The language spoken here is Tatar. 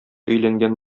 өйләнгән